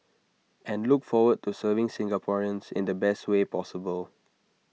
and look forward to serving Singaporeans in the best way possible